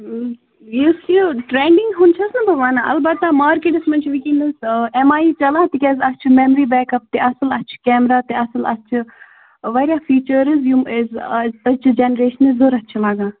یُس یہِ ٹریٚنٛڈِنٛگ ہُنٛد چھَس نہٕ بہٕ ونان البتہٕ مارکیٚٹٕس منٛز چھِ وُنکیٚنَس ایٚم آیی چلان تِکیٛازِ اَتھ چھِ میٚمری بیک اَپ تہِ اَصٕل اَتھ چھِ کیمراہ تہِ اَصٕل اَتھ چھِ واریاہ فیٖچٲرٕس یم أز أزۍچہِ جنریشنہِ ضروٗرت چھِ لگان